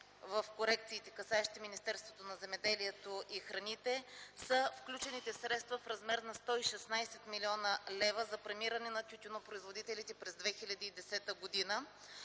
в корекциите, касаещи Министерството на земеделието и храните, са включените средства в размер на 116 млн. лв. за премиране на тютюнопроизводителите през 2010 г.,